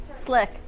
Slick